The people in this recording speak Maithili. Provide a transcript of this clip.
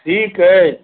ठीक अछि